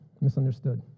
misunderstood